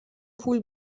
پول